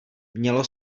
mělo